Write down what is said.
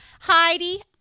Heidi